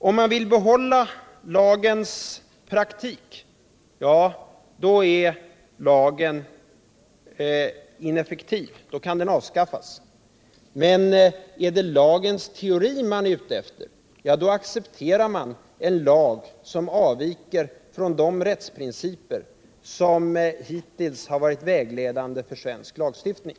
Om man vill behålla lagens praktik, då är lagen ineffektiv och kan avskaffas. Men är det lagens teori man är ute efter, då accepterar man en lag som avviker från de rättsprinciper som hittills har varit vägledande för svensk lagstiftning.